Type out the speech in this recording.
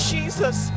Jesus